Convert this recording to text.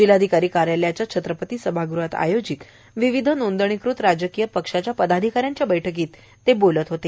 जिल्हाधिकारी कार्यालयाच्या छत्रपती सभागृहात आयोजित विविध नोंदणीकृत राजकीय पक्षाच्या पदाधिका यांच्या बैठकीत ते बोलत होते